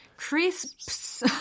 Crisps